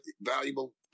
valuable